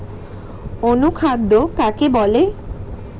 অনুখাদ্য কাকে বলে?